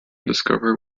discover